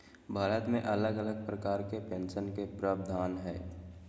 भारत मे अलग अलग प्रकार के पेंशन के प्रावधान हय